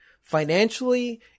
financially